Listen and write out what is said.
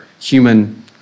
human